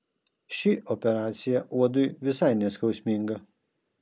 ši operacija uodui visai neskausminga